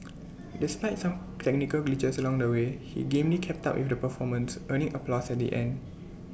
despite some technical glitches along the way he gamely kept up with the performance earning applause at the end